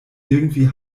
irgendwie